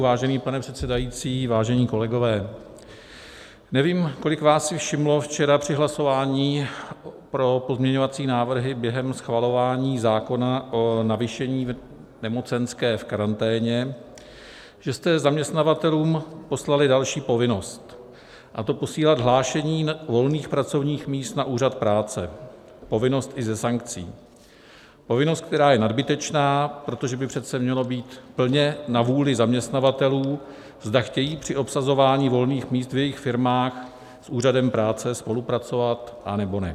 Vážený pane předsedající, vážené kolegyně a kolegové, nevím, kolik z vás si všimlo včera při hlasování pro pozměňovací návrhy během schvalování zákona o navýšení nemocenské v karanténě, že jste zaměstnavatelům poslali další povinnost, a to posílat hlášení volných pracovních míst na úřad práce povinnost i se sankcí, povinnost, která je nadbytečná, protože by přece mělo být plně na vůli zaměstnavatelů, zda chtějí při obsazování volných míst v jejich firmách s úřadem práce spolupracovat, anebo ne.